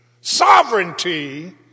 sovereignty